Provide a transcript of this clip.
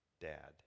Dad